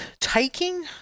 taking